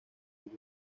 jugó